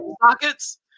pockets